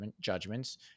judgments